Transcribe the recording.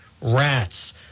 rats